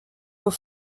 aux